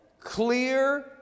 clear